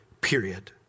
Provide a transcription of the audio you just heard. period